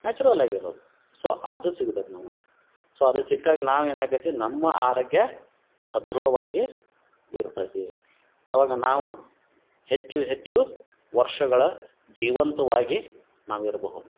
natural ಆಗಿರೋದು so ಅದು ಸಿಗ್ತತೆ ನಮಗೆ ಸೊ ಅದ ಸಿಕ್ಕಾಗ ನಾವೇನಾಕ್ಕತ್ತಿ ನಮ್ಮ ಆರೋಗ್ಯ ಸದೃಢವಾಗಿ ಇರ್ತೈತಿ ಆವಾಗ ನಾವು ಹೆಚ್ಚು ಹೆಚ್ಚು ವರ್ಷಗಳ ಜೀವಂತವಾಗಿ ನಾವಿರಬಹುದು